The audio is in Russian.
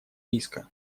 риска